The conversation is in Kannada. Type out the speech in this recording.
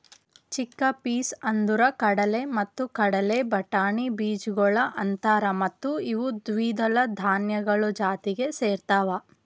ಚಿಕ್ಕೆಪೀಸ್ ಅಂದುರ್ ಕಡಲೆ ಮತ್ತ ಕಡಲೆ ಬಟಾಣಿ ಬೀಜಗೊಳ್ ಅಂತಾರ್ ಮತ್ತ ಇವು ದ್ವಿದಳ ಧಾನ್ಯಗಳು ಜಾತಿಗ್ ಸೇರ್ತಾವ್